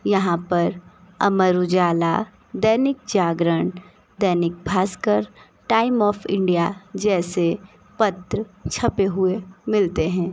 यहाँ पर Amar Ujala Dainik Jagran Dainik Bhaskar Time of India जैसे पत्र छपे हुए मिलते हैं